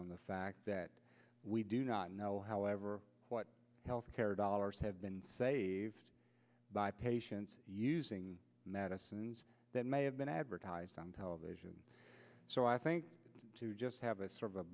on the fact that we do not know however what health care dollars have been saved by patients using medicines that may have been advertised on television so i think to just have a sort of a